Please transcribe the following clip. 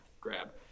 grab